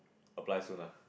apply soon ah